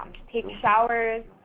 take showers,